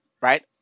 Right